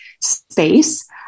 space